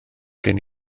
gen